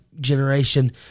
generation